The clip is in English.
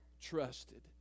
trusted